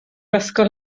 ysgol